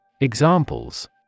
Examples